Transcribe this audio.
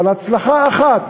אבל הצלחה אחת